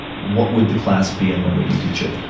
what would the class be, and when would you teach it?